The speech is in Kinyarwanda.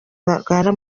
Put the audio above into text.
barwara